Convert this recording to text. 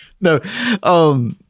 No